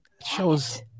Shows